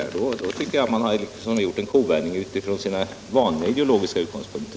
Då tycker jag att man har gjort en kovändning utifrån sina vanliga ideologiska utgångspunkter.